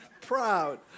proud